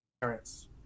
Parents